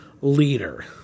leader